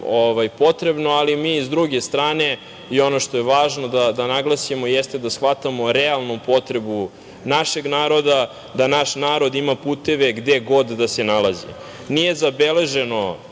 potrebno, ali mi sa druge strane i ono što je važno da naglasimo, jeste da shvatamo realnu potrebu našeg naroda, da naš narod ima puteve gde god da se nalazi. Nije zabeleženo